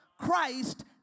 Christ